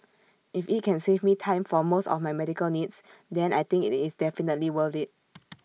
if IT can save me time for most of my medical needs then I think IT is definitely worth IT